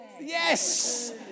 yes